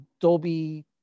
Dolby